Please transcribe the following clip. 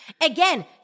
Again